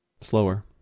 Slower